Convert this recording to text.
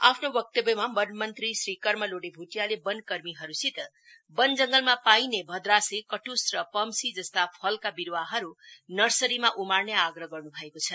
आफ्नो वक्ताव्यमा वन मंत्री श्री कर्म लोडे भूटियाले वन कर्मीहरुसित वनजंगलमा पाइने भद्रासेकट्स र पम्सी जस्ता फलका विरुवाहरु नर्सरीमा उमार्ने आग्रह गर्नु भएको छ